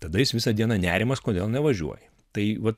tada jis visą dieną nerimas kodėl nevažiuoji tai vat